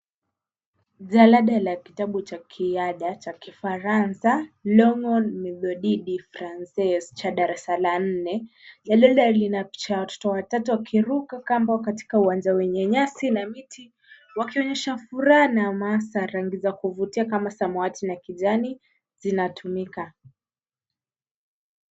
Jalada la kitabu cha kiada cha Kifaransa Longhorn Methode de Francais cha darasa la nne. Jalada lina picha ya watoto watatu wakiruka kamba katika uwanja wenye nyasi na miti wakionyesha furaha na hamasa, rangi za kuvutia kama samawati na kijani zinatumika.